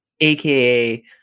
aka